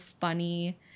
funny